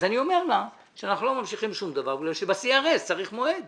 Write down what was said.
אני אומר לה שאנחנו לא ממשיכים שום דבר בגלל שב-CRS צריך מועד.